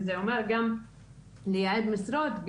שזה אומר גם לייעד משרות,